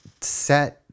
set